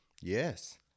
Yes